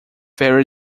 very